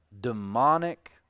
demonic